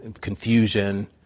confusion